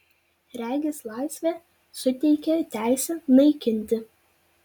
regis laisvė suteikia teisę naikinti